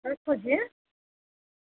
ରଖୁଛି